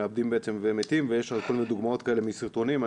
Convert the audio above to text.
ומאבדים ומתים ויש לנו כל מיני דוגמאות כאלה מסרטונים.